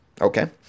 Okay